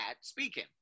speaking